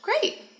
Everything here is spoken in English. great